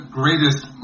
greatest